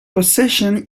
possession